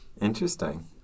Interesting